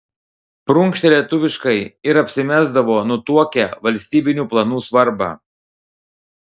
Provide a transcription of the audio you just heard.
prunkštė lietuviškai ir apsimesdavo nutuokią valstybinių planų svarbą